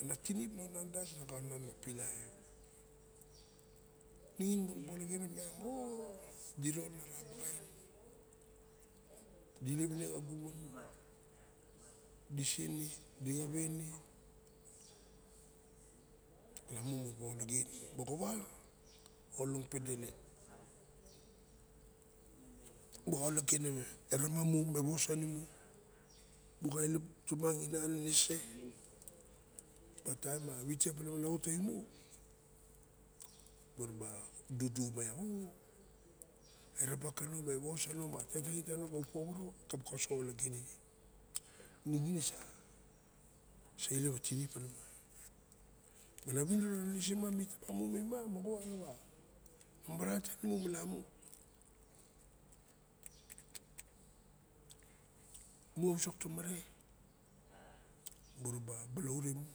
ana tinip miang na otdas ningin diraba olagen bang disene dixawe ne lamun moxowa olong padele muxa ologen e ramamju me wos anim muxa ilep tumangim anenese duduxuma eramak kano me wosano ma oin tano bu poworo ebuk kasoxo ologen ine. Mana winiro anenese ma ine moxa mamaran tanimu mo malamu mu wisok tomare moraba balaure imu.